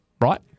right